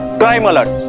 crime alert,